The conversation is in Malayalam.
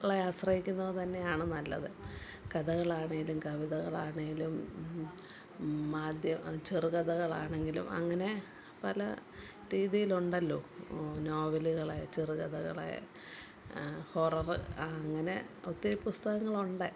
പുസ്തകങ്ങളെ ആശ്രയിക്കുന്നത് തന്നെയാണ് നല്ലത് കഥകളാണെലും കവിതകളാണെലും മാധ്യമം ചെറുകഥകളാണേങ്കിലും അങ്ങനെ പല രീതിയിലുമുണ്ടല്ലോ നോവലുകളായാലും ചെറുകഥകളയാലും ഹൊറർ അങ്ങനെ ഒത്തിരി പുസ്തകങ്ങൾ ഉണ്ട്